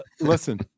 Listen